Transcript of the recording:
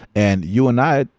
and you and i,